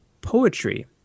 poetry